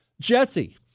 Jesse